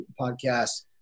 podcast